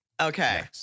Okay